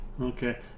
Okay